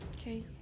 Okay